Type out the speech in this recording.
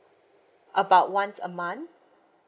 about once a month